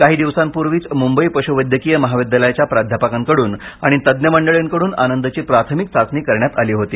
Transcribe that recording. काही दिवसांपूर्वीच मुंबई पशुवैद्यकीय महाविद्यालयाच्या प्राध्यापकांकडून आणि तज्ञ मंडळीकडून आनंदची प्राथमिक चाचणी करण्यात आली होती